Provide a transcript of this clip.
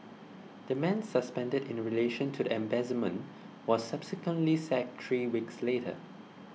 the man suspended in relation to the embezzlement was subsequently sacked three weeks later